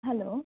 hello